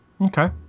Okay